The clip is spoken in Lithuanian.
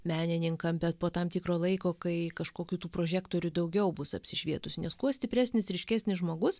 menininkam bet po tam tikro laiko kai kažkokių tų prožektorių daugiau bus apsišvietusių nes kuo stipresnis ryškesnis žmogus